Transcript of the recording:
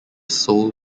sole